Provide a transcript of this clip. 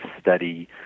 study